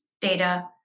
data